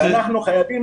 ואנחנו חייבים,